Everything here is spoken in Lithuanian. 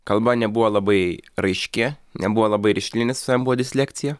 kalba nebuvo labai raiški nebuvo labai rišli nes pas mane buvo disleksija